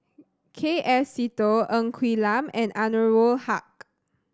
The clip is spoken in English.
K F Seetoh Ng Quee Lam and Anwarul Haque